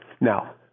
Now